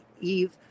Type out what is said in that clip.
eve